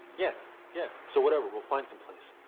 yeah yeah, so whatever, we'll find some place.